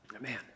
Man